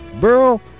Burl